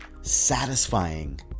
satisfying